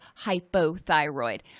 hypothyroid